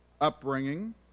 upbringing